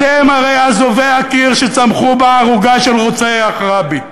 אתם הרי אזובי הקיר שצמחו בערוגה של רוצח רבין.